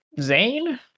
Zane